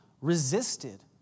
resisted